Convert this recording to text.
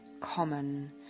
common